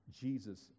Jesus